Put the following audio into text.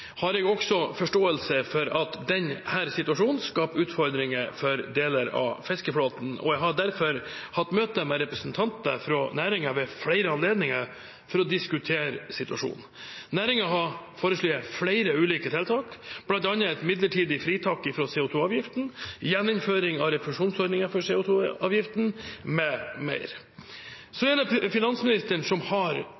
har jeg også forståelse for at denne situasjonen skaper utfordringer for deler av fiskeflåten, og jeg har derfor hatt møter med representanter fra næringen ved flere anledninger for å diskutere situasjonen. Næringen har foreslått flere ulike tiltak, bl.a. et midlertidig fritak fra CO 2 -avgiften, gjeninnføring av refusjonsordningen for CO 2 -avgiften, m.m. Så